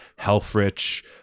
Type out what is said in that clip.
Helfrich